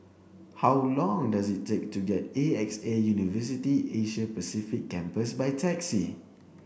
how long does it take to get to A X A University Asia Pacific Campus by taxi